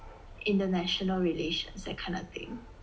international relations that kind of thing